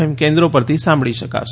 એમ કેન્દ્રો પરથી સાંભળી શકાશે